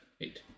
Eight